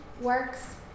works